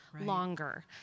longer